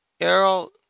Errol